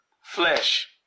flesh